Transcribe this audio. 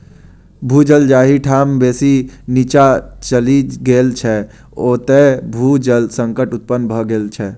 भू जल जाहि ठाम बेसी नीचाँ चलि गेल छै, ओतय भू जल संकट उत्पन्न भ गेल छै